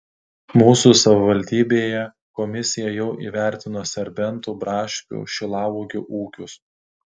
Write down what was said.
mūsų savivaldybėje komisija jau įvertino serbentų braškių šilauogių ūkius